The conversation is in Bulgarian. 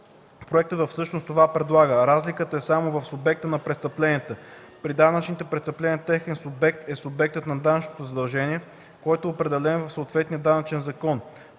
Проектът всъщност това предлага. Разликата е само в субектите на престъпленията. При данъчните престъпления техен субект е субектът на данъчното задължение, който е определен в съответния данъчен закон.